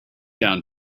down